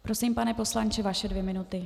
Prosím, pane poslanče, vaše dvě minuty.